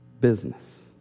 business